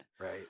Right